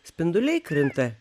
spinduliai krinta